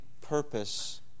purpose